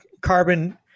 carbon